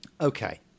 okay